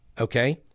okay